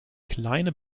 kleine